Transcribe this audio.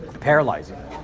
paralyzing